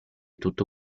tutto